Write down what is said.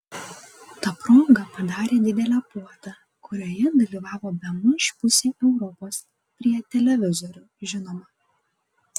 ta proga padarė didelę puotą kurioje dalyvavo bemaž pusė europos prie televizorių žinoma